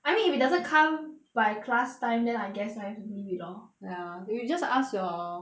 I mean if it doesn't come by class time then I guess I have to leave it lor ya you just ask your